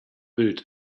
build